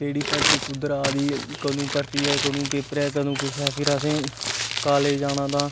केह्ड़ी भर्ती कुद्धर आरदी ते केह्ड़ी कंदू भर्ती ऐ कंदू पेपर ऐ कंदू किश ऐ फिर असें काॅलेज जाना